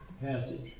passage